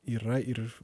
yra ir